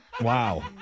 Wow